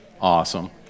awesome